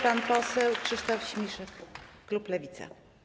Pan poseł Krzysztof Śmiszek, klub Lewica.